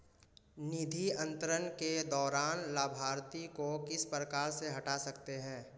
निधि अंतरण के दौरान लाभार्थी को किस प्रकार से हटा सकते हैं?